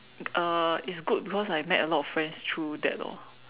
uh it's good because I met a lot of friends through that lor